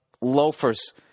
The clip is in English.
loafers